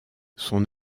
son